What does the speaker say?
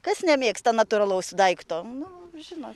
kas nemėgsta natūralaus daikto nu žinot